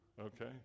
okay